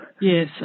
Yes